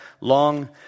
long